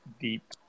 deep